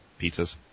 pizzas